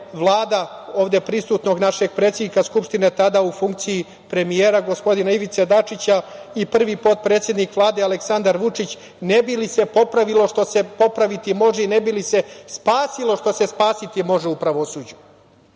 ovde prisutnog našeg predsednika Skupštine, tada u funkciji premijera, gospodina Ivice Dačića, i prvi potpredsednik Vlade Aleksandar Vučić ne bi li se popravilo što se popraviti može i ne bi li se spasilo što se spasiti može u pravosuđu.